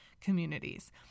communities